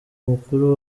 mukuru